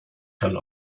kann